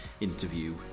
interview